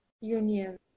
union